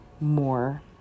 more